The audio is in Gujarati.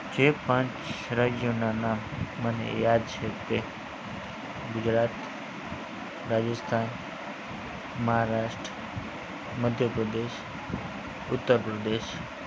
જે પાંચ રાજ્યોનાં નામ મને યાદ છે તે ગુજરાત રાજસ્થાન મહારાષ્ટ્ર મધ્યપ્રદેશ ઉત્તરપ્રદેશ